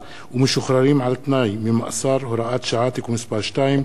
ומשוחררים על-תנאי ממאסר (הוראת שעה) (תיקון מס' 2),